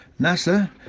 NASA